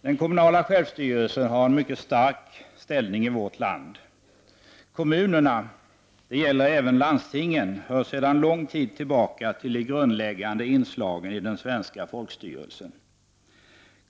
Den kommunala självstyrelsen har en mycket stark ställning i vårt land. Kommunerna, det gäller även landstingen, hör sedan lång tid tillbaka till de grundläggande inslagen i den svenska folkstyrelsen.